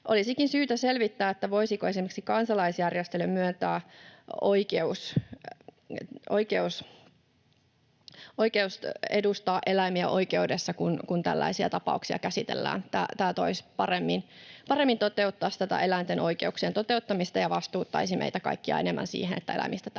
Olisikin syytä selvittää, voisiko esimerkiksi kansalaisjärjestöille myöntää oikeuden edustaa eläimiä oikeudessa, kun tällaisia tapauksia käsitellään. Tämä toteuttaisi paremmin eläinten oikeuksien toteutumista ja vastuuttaisi meitä kaikkia enemmän siihen, että eläimistä täytyy